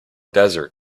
desert